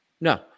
No